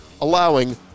allowing